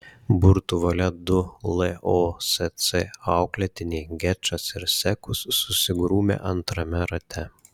burtų valia du losc auklėtiniai gečas ir sekus susigrūmė antrame rate